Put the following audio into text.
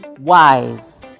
wise